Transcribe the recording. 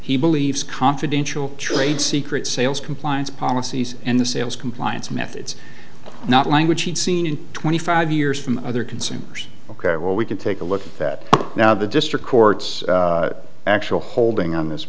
he believes confidential trade secrets sales compliance policies and the sales compliance methods not language he'd seen in twenty five years from other consumers ok well we can take a look at that now the district court's actual holding on this